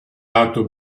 lato